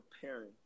preparing